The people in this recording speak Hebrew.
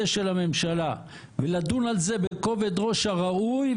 של הממשלה ולדון על זה בכובד ראש הראוי.